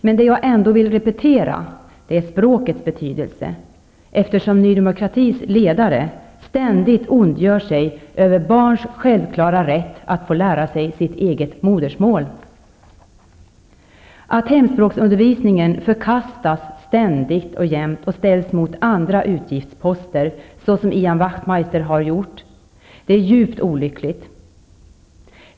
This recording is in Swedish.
Men jag vill ändå repetera något om språkets betydelse, eftersom Ny Demokratis ledare ständigt ondgör sig över barns självklara rätt att få lära sig sitt eget modersmål. Att hemspråksundervisningen ständigt och jämt förkastas och ställs mot andra utgiftsposter såsom Ian Wachtmeister har gjort är djupt olyckligt.